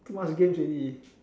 too much games already